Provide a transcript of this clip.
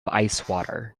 water